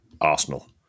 Arsenal